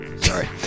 Sorry